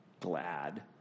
glad